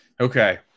Okay